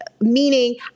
meaning